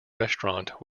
restaurant